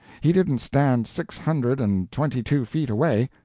he didn't stand six hundred and twenty-two feet away.